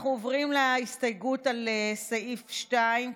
אנחנו עוברים להסתייגות על סעיף 2,